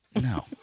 No